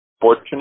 fortunate